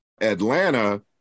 Atlanta